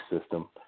system